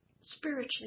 Spiritually